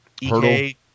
EK